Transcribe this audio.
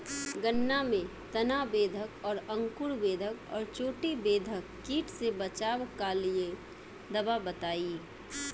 गन्ना में तना बेधक और अंकुर बेधक और चोटी बेधक कीट से बचाव कालिए दवा बताई?